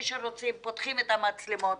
כשרוצים פותחים את המצלמות,